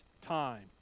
time